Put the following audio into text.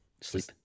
sleep